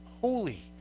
holy